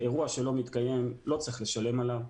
אירוע שלא מתקיים, לא צריך לשלם עליו,